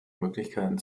möglichkeiten